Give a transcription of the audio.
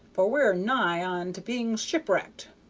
for we're nigh on to being shipwrecked.